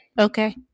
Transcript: okay